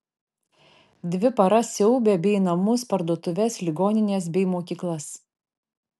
dvi paras siaubė bei namus parduotuves ligonines bei mokyklas